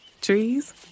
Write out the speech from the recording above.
Trees